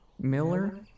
Miller